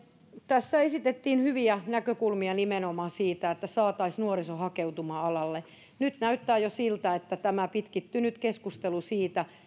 tässä esitettiin hyviä näkökulmia nimenomaan siihen että saataisiin nuoriso hakeutumaan alalle nyt näyttää jo siltä että tämä pitkittynyt keskustelu siitä